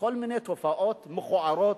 כל מיני תופעות מכוערות,